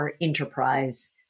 enterprise